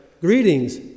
Greetings